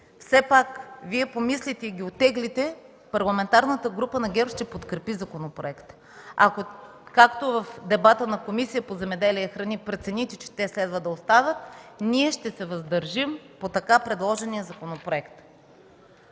все пак Вие помислите и ги оттеглите, Парламентарната група на ГЕРБ ще подкрепи законопроекта. Ако, както в дебата на Комисията по земеделието и храните, прецените, че те следва да останат, ние ще се въздържим по така предложения законопроект.